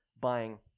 buying